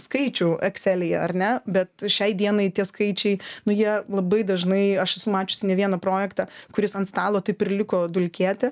skaičių ekselyje ar ne bet šiai dienai tie skaičiai nu jie labai dažnai aš esu mačiusi ne vieną projektą kuris ant stalo taip ir liko dulkėti